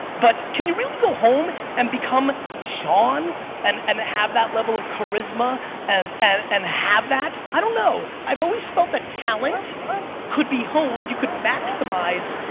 but can you really go home and become sean and and have that level of charisma and and and have that? i don't know, i've always felt that talent could be honed, you could maximize,